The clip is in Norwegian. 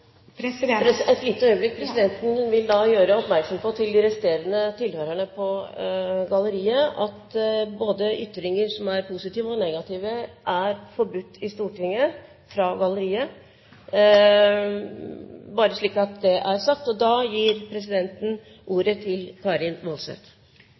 President! Et lite øyeblikk. Presidenten vil gjøre oppmerksom på overfor de resterende tilhørerne på galleriet at ytringer fra galleriet, både positive og negative, er forbudt i Stortinget – bare slik at det er sagt. Da gir presidenten